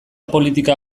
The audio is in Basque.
politika